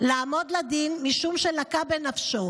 לעמוד לדין משום שלקה בנפשו.